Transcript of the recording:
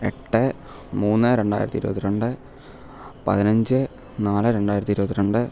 എട്ട് മൂന്ന് രണ്ടായിരത്തി ഇരുപത്തി രണ്ട് പതിനഞ്ച് നാല് രണ്ടായിരത്തി ഇരുപത്തി രണ്ട്